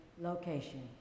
location